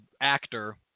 actor